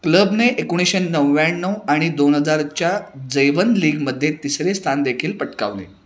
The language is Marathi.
क्लबने एकोणीशे नव्याण्णव आणि दोन हजारच्या जै वन लीगमध्ये तिसरे स्थानदेखील पटकावले